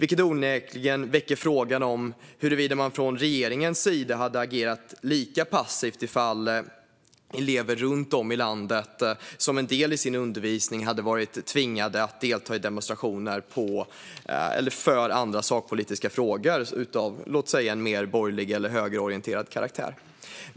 Det väcker frågan huruvida man från regeringens sida hade agerat lika passivt ifall elever runt om i landet som en del i sin undervisning hade varit tvingade att delta i demonstrationer för andra sakpolitiska frågor av låt säga mer borgerlig eller högerorienterad karaktär.